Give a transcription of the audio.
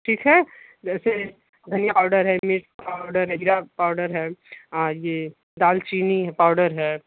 ठीक है जैसे धनिया पाउडर है मिर्च पाउडर है जीरा पाउडर आ ये दालचीनी पाउडर है